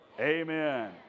Amen